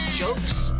jokes